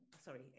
sorry